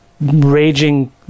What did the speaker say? raging